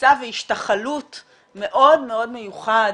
כניסה והשתחלות מאוד מיוחד